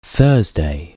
Thursday